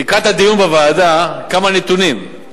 כמה נתונים,